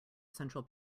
central